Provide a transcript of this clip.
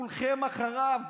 כולכם אחריו.